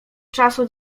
czasu